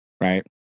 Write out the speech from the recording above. right